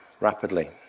rapidly